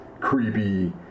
creepy